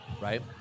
right